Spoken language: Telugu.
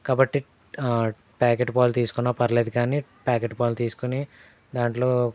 కాబట్టి ప్యాకెట్ పాలు తీసుకున్న పర్లేదు కాని ప్యాకెట్ పాలు తీసుకుని దాంట్లో